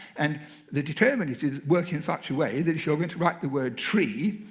and the determinatives work in such a way that if you're going to write the word tree,